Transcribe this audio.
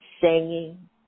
singing